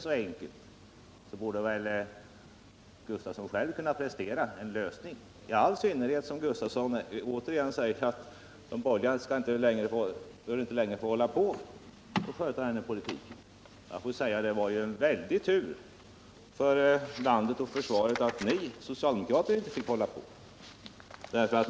Är det så enkelt borde väl herr Gustavsson själv kunna prestera en lösning, i all synnerhet som han återigen säger att de borgerliga inte längre bör få hålla på att driva sin politik. Jag får säga: Det var en väldig tur för landet och försvaret att ni socialdemokrater inte fick hålla på.